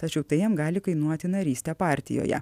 tačiau tai jam gali kainuoti narystę partijoje